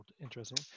interesting